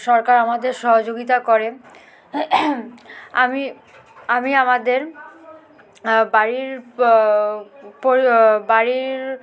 সরকার আমাদের সহযোগিতা করে আমি আমি আমাদের বাড়ির বাড়ির